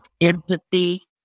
empathy